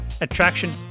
attraction